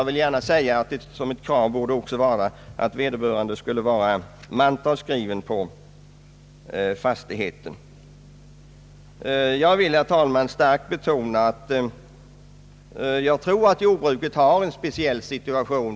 Ett annat krav borde vara att vederbörande skulle vara mantalsskriven på fastigheten. Herr talman! Jag vill starkt betona att jag tror att jordbruket har en speciell situation.